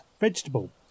vegetable